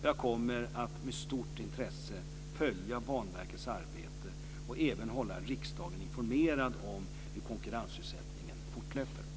Jag kommer att med stort intresse följa Banverkets arbete och även hålla riksdagen informerad om hur konkurrensutsättningen fortlöper.